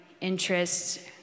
interests